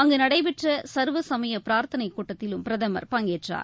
அங்கு நடைபெற்ற சர்வ சமய பிரார்த்தனைக் கூட்டத்திலும் பிரதமர் பங்கேற்றார்